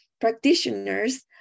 practitioners